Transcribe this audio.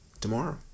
tomorrow